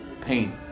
pain